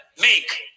make